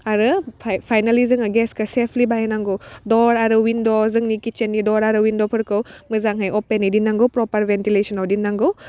आरो फाइ फाइनालि जोङो गेसखौ सेफलि बाहायनांगौ दर आरो विनद' जोंनि किट्सेननि दर आरो विनद'फोरखौ मोजाङै अपेनै दोन्नागौ प्रपार भेन्टेलेसनाव दोन्नागौ